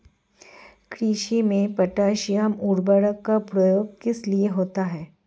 कृषि में पोटैशियम उर्वरक का प्रयोग किस लिए होता है?